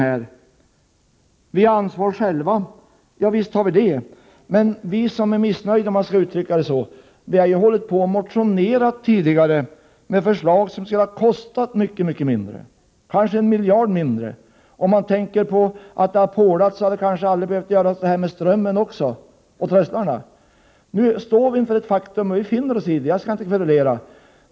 Vi har själva ett ansvar, säger Alf Wennerfors. Javisst har vi det. Men vi som är missnöjda — om jag skall uttrycka det så — har motionerat tidigare med förslag som skulle ha kostat mycket mindre, kanske 1 miljard kronor mindre. Om det hade pålats t.ex., hade det kanske inte behövts göras något åt Strömmen och trösklarna. Men nu står vi inför fullbordat faktum, och vi finner oss i det. Jag skall inte kverulera.